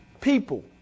people